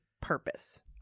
purpose